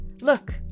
Look